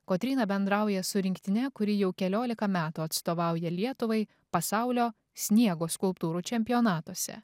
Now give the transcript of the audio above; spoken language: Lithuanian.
kotryna bendrauja su rinktine kuri jau keliolika metų atstovauja lietuvai pasaulio sniego skulptūrų čempionatuose